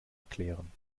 erklären